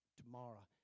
tomorrow